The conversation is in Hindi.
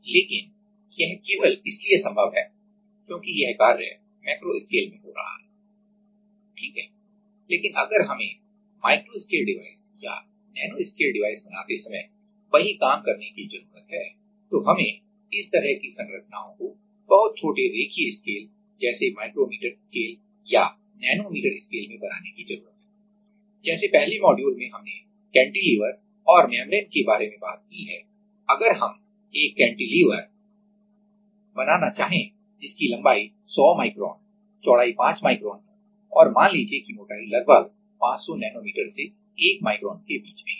लेकिन यह केवल इसलिए संभव है क्योंकि यह कार्य मैक्रो स्केल में हो रहा है सही है लेकिन अगर हमें माइक्रो स्केल डिवाइस या नैनो स्केल डिवाइस बनाते समय वही काम करने की ज़रूरत है तो हमें इस तरह की संरचनाओं को बहुत छोटे रेखीय स्केल जैसे माइक्रोमीटर स्केल या नैनोमीटर स्केल में बनाने की जरूरत है जैसे पहले मॉड्यूल में हमने कैंटिलीवर और मेम्ब्रेन के बारे में बात की है अगर हम एक कैंटिलीवर बनाना चाहें है जिसकी लंबाई 100 माइक्रोन चौड़ाई 5 माइक्रोन है और और मान लीजिए की मोटाई लगभग 500 नैनोमीटर से 1 माइक्रोन के बीच में है